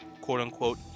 quote-unquote